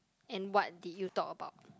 and what did you talk about